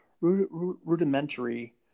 rudimentary